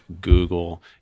Google